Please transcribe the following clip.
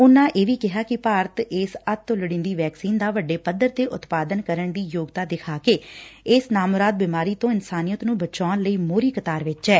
ਉਨੂਾਂ ਇਹ ਵੀ ਕਿਹਾ ਕਿ ਭਾਰਤ ਇਸ ਅੱਤ ਲੋੜੀਂਦੀ ਵੈਕਸੀਨ ਦਾ ਵੱਡੇ ਪੱਧਰ ਤੇ ਉਤਪਾਦਨ ਕਰਨ ਦੀ ਯੋਗਤਾ ਵਿਖਾ ਕੇ ਨਾਮੁਰਾਦ ਬਿਮਾਰੀ ਤੋਂ ਇਨਸਾਨੀਅਤ ਨੂੰ ਬਚਾਉਣ ਲਈ ਮੋਹਰੀ ਕਤਾਰ ਵਿਚ ਐ